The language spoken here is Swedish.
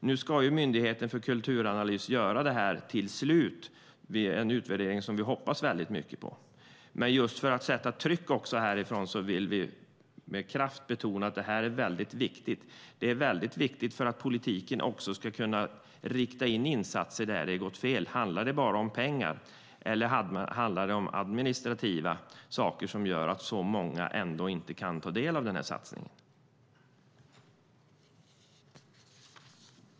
Nu ska Myndigheten för kulturanalys göra detta till slut i en utvärdering som vi hoppas mycket på. Men för att sätta tryck även härifrån vill vi med kraft betona att detta är mycket viktigt, också för att politiken ska kunna rikta in insatser där det har gått fel. Handlar det bara om pengar, eller är det administrativa saker som gör att så många inte kan ta del av denna satsning?